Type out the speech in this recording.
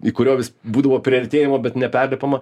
į kurio vis būdavo priartėjama bet neperlipama